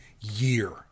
year